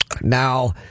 Now